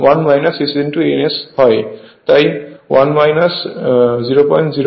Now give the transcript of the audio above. তাই 1 004 1000 তাই 960 rpm হবে